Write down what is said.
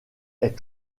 est